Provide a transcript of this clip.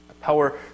power